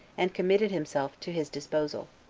and committed himself to his disposal.